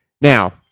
Now